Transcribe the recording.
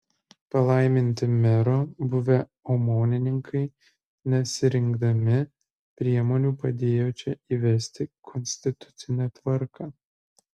palaiminti mero buvę omonininkai nesirinkdami priemonių padėjo čia įvesti konstitucinę tvarką